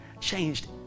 changed